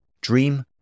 dream